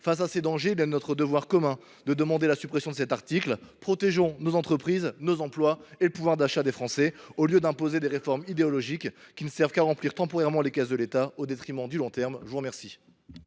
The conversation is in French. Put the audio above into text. Face à ces dangers, il est de notre devoir commun de demander la suppression de cet article. Protégeons nos entreprises, nos emplois et le pouvoir d’achat des Français au lieu d’imposer des réformes idéologiques qui ne servent qu’à remplir temporairement les caisses de l’État au détriment du long terme. L’amendement